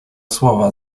słowa